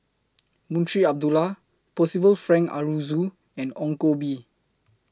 Munshi Abdullah Percival Frank Aroozoo and Ong Koh Bee